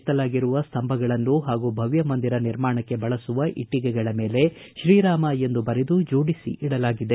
ದೇವಾಲಯ ನಿರ್ಮಾಣಕ್ಕೆ ಕೆತ್ತಲಾಗಿರುವ ಸ್ತಂಭಗಳನ್ನು ಹಾಗೂ ಭವ್ಯ ಮಂದಿರ ನಿರ್ಮಾಣಕ್ಕೆ ಬಳಸುವ ಇಟ್ಟಿಗೆಗಳ ಮೇಲೆ ಶ್ರೀರಾಮ ಎಂದು ಬರೆದು ಜೋಡಿಸಿ ಇಡಲಾಗಿದೆ